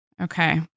Okay